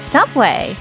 Subway